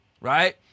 Right